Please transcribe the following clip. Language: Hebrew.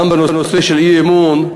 גם בנושא האי-אמון,